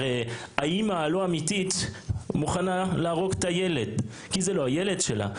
האם הלא אמיתית מוכנה להרוג את הילד כי זה לא הילד שלה,